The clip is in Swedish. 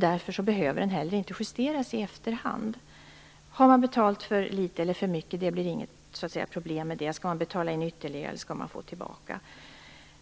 Därför behöver den heller inte justeras i efterhand. Har man betalat för litet eller för mycket, blir det inget problem med det. Har man betalat för mycket, skall man få pengar tillbaka.